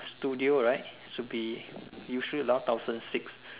studio right should be usually around thousand six